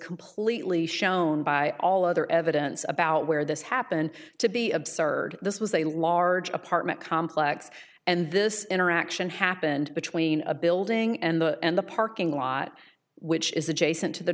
completely shown by all other evidence about where this happened to be absurd this was a large apartment complex and this interaction happened between a building and the and the parking lot which is adjacent to the